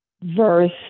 verse